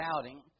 doubting